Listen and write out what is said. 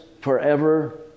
forever